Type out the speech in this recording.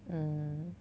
mm